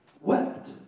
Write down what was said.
wept